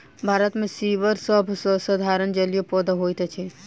भारत मे सीवर सभ सॅ साधारण जलीय पौधा होइत अछि